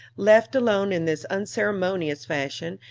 left alone in this unceremonious fashion,